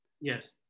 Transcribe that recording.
Yes